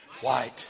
white